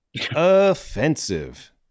offensive